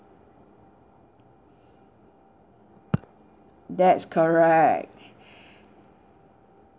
that's correct